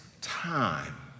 time